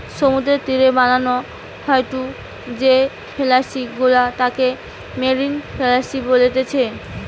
সমুদ্রের তীরে বানানো হয়ঢু যেই ফিশারি গুলা তাকে মেরিন ফিসারী বলতিচ্ছে